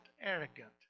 arrogant